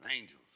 angels